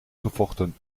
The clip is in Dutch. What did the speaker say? gevochten